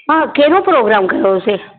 हा कहिड़ो प्रोग्राम कयो हुओसीं